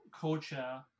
culture